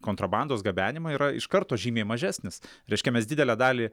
kontrabandos gabenimą yra iš karto žymiai mažesnis reiškia mes didelę dalį